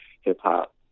hip-hop